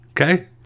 Okay